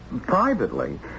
privately